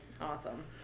awesome